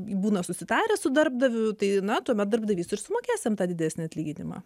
būna susitaręs su darbdaviu tai na tuomet darbdavys ir sumokės jam tą didesnį atlyginimą